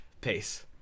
peace